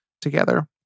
together